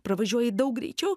pravažiuoji daug greičiau